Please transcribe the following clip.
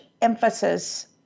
emphasis